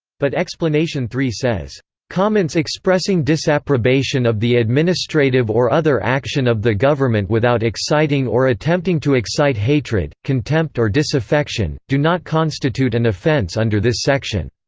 but explanation three says comments expressing disapprobation of the administrative or other action of the government without exciting or attempting to excite hatred, contempt or disaffection, do not constitute an offence under this section.